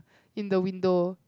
in the window